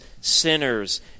sinners